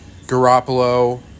Garoppolo